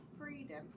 Freedom